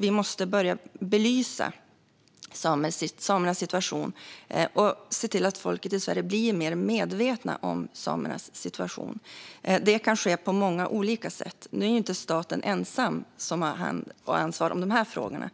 Vi måste börja belysa samernas situation och se till att folket i Sverige blir mer medvetet om samernas situation. Det kan ske på många olika sätt. Det är inte staten ensam som har hand om och ansvar för de frågorna.